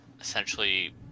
essentially